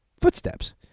footsteps